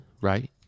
right